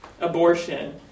abortion